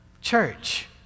church